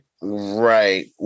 Right